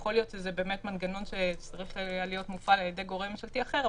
יכול להיות שזה מנגנון שהיה צריך להיות מופעל על ידי גורם ממשלתי אחר,